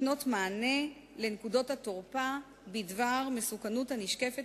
נותנים מענה לנקודות התורפה בדבר מסוכנות הנשקפת